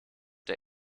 der